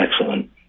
excellent